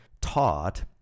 taught